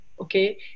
okay